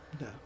No